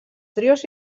trios